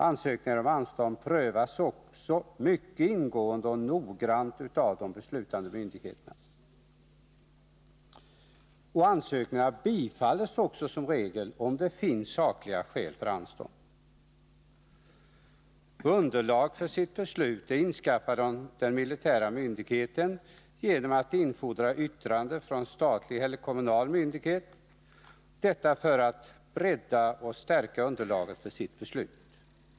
Ansökningar om anstånd prövas mycket ingående och noggrant av de beslutande myndigheterna, och ansökningarna bifalls också som regel om det finns sakliga skäl för anstånd. Den militära myndigheten införskaffar yttrande från statlig eller kommunal myndighet — detta för att bredda och stärka underlaget för sitt beslut.